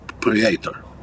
creator